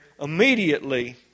immediately